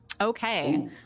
Okay